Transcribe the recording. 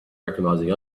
recognizing